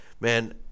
man